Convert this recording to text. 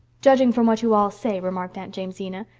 judging from what you all, say remarked aunt jamesina,